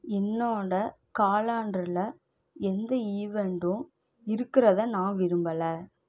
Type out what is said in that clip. என்னோடய காலண்டரில் எந்த ஈவெண்ட்டும் இருக்கிறதை நான் விரும்பலை